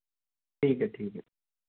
ठीक है ठीक है